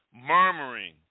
murmuring